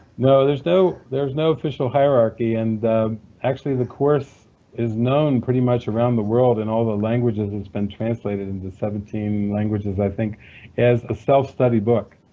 no, there's no there's no official hierarchy and actually, the course is known pretty much around the world in all the languages it has been translated into, seventeen languages i think as the self-study book.